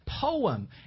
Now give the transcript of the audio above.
poem